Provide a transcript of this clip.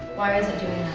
why is it doing